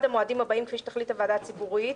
המועדים הבאים כפי שתחליט הוועדה הציבורית,